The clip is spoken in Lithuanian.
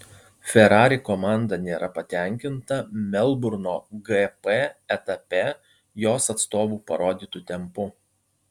ferrari komanda nėra patenkinta melburno gp etape jos atstovų parodytu tempu